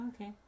Okay